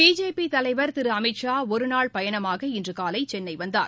BJP தலைவர் திரு அமித்ஷா ஒரு நாள் பயணமாக இன்று காலை சென்னை வந்தார்